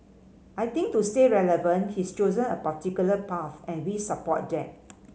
I think to stay relevant he's chosen a particular path and we support that